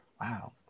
Wow